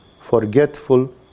forgetful